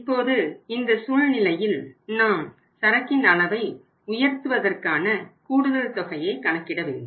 இப்போது இந்த சூழ்நிலையில் நாம் சரக்கின் அளவை உயர்த்துவதற்கான கூடுதல் தொகையை கணக்கிடவேண்டும்